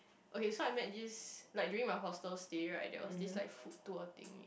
okay so I met this like during my hostel stay right there was this like food tour thing